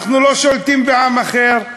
אנחנו לא שולטים בעם אחר,